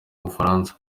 bufaransa